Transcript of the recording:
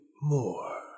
more